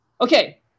Okay